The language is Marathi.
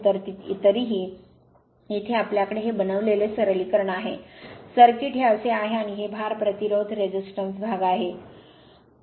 तर तरीही येथे आपल्याकडे हे बनविलेले सरलीकरण आहे सर्किट हे असे आहे आणि हे भार प्रतिरोध भाग आहे